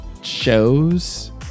shows